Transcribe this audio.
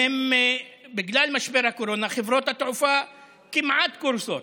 בגלל משבר הקורונה חברות התעופה כמעט קורסות,